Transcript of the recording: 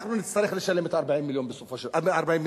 ואנחנו נצטרך לשלם את 40 המיליארד.